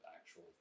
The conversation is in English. actual